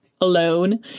alone